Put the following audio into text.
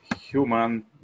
Human